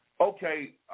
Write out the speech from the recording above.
Okay